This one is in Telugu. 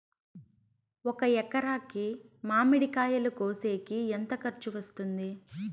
ఒక ఎకరాకి మామిడి కాయలు కోసేకి ఎంత ఖర్చు వస్తుంది?